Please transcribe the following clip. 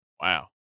Wow